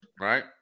right